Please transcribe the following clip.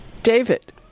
David